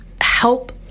help